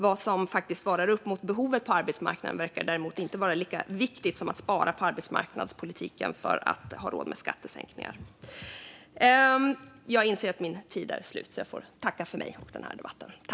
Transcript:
Vad som faktiskt svarar upp mot behovet på arbetsmarknaden verkar inte vara lika viktigt som att spara på arbetsmarknadspolitiken för att ha råd med skattesänkningar. Jag inser att min talartid är slut, så jag får tacka för mig och denna debatt.